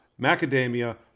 macadamia